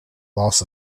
loss